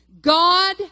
God